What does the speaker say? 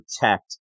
protect